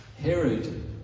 Herod